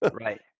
right